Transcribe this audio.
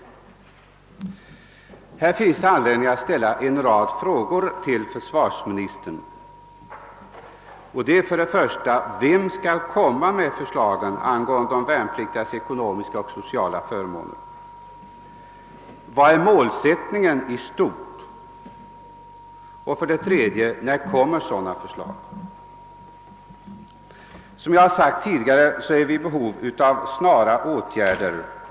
Det finns därför på denna punkt anledning att ställa följande frågor till försvarsministern: 1. Vem skall komma med förslagen angående de värnpliktigas ekonomiska och sociala förmåner? 2. Vad är målsättningen i stort? 3. När kommer sådana förslag? Som jag har framhållit tidigare behövs det snara och radikala åtgärder.